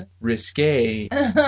risque